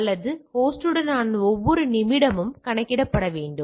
அந்த ஹோஸ்டுடனான ஒவ்வொரு நிமிடமும் கணக்கிடப்பட வேண்டும்